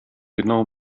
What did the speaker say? genau